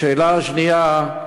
השאלה השנייה: